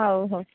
ହଉ ହଉ